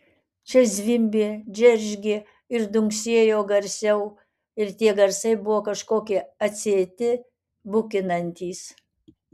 čia zvimbė džeržgė ir dunksėjo garsiau ir tie garsai buvo kažkokie atsieti bukinantys